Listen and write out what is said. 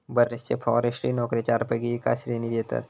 बरेचशे फॉरेस्ट्री नोकरे चारपैकी एका श्रेणीत येतत